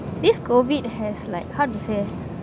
this C_O_V_I_D has like how to say